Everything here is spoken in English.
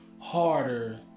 harder